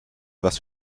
was